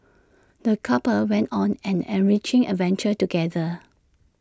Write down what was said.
the couple went on an enriching adventure together